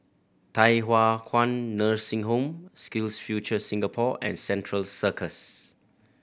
Thye Hua Kwan Nursing Home SkillsFuture Singapore and Central Circus